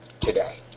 today